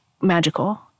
magical